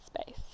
space